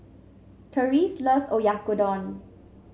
Terese loves Oyakodon